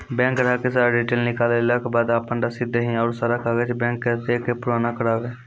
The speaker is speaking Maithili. बैंक ग्राहक के सारा डीटेल निकालैला के बाद आपन रसीद देहि और सारा कागज बैंक के दे के पुराना करावे?